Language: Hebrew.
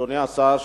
אדוני השר,